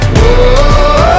Whoa